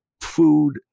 food